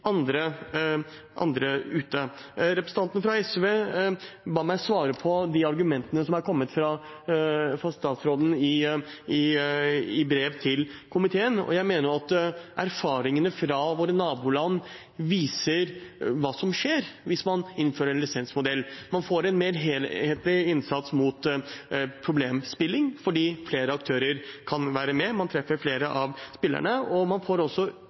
andre ute. Representanten fra SV ba meg svare på de argumentene som er kommet fra statsråden i brev til komiteen. Jeg mener at erfaringene fra våre naboland viser hva som skjer hvis man innfører en lisensmodell. Man får en mer helhetlig innsats mot problemspilling fordi flere aktører kan være med, man treffer flere av spillerne, og man får også